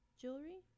Jewelry